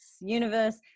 universe